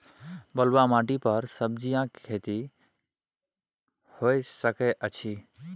बलुआही माटी पर सब्जियां के खेती होय सकै अछि?